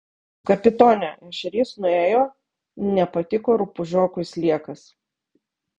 kapitone ešerys nuėjo nepatiko rupūžiokui sliekas